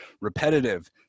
repetitive